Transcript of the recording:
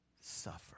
suffer